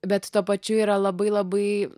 bet tuo pačiu yra labai labai